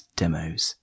demos